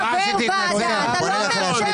--- חברת הכנסת השכל,